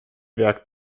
werk